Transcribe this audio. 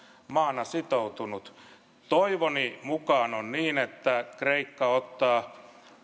maana sitoutunut toivoni mukaan on niin että kreikka ottaa